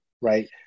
right